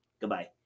goodbye